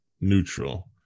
neutral